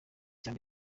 mbere